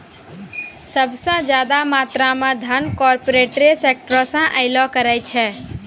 सभ से ज्यादा मात्रा मे धन कार्पोरेटे सेक्टरो से अयलो करे छै